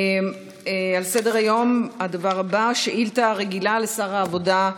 על סדר-היום הדבר הבא: שאילתה רגילה לשר העבודה,